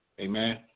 Amen